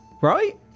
right